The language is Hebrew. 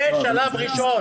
זה שלב ראשון.